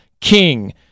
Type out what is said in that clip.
king